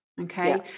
Okay